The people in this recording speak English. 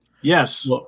Yes